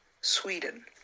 sweden